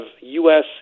u-s